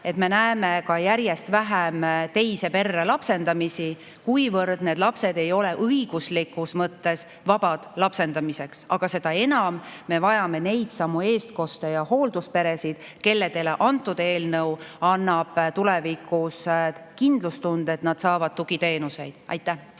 et me näeme järjest vähem teise perre lapsendamist, kuna need lapsed ei ole õiguslikus mõttes vabad lapsendamiseks. Aga seda enam me vajame neidsamu eestkoste- ja hooldusperesid, kellele see eelnõu annab tulevikus kindlustunde, et nad saavad tugiteenuseid. Rain